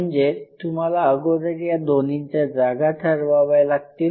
म्हणजे तुम्हाला अगोदर या दोन्हींच्या जागा ठरवाव्या लागतील